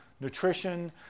nutrition